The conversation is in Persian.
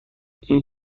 این